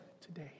today